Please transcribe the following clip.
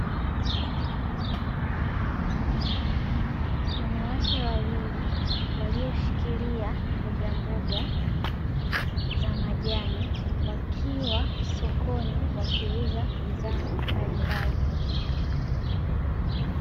Wanawake wawili walioshikilia mbogamboga za majani wakiwa sokoni wakiuza bidhaa mbalimbali.